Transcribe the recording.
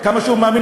כמה שהוא מאמין,